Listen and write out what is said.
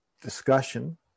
discussion